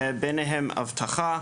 ביניהם אבטחה,